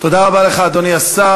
תודה רבה לך, אדוני השר.